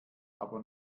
aber